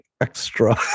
extra